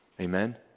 Amen